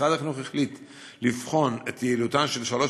משרד החינוך החליט לבחון את יעילותן של שלוש